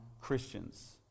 Christians